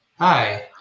Hi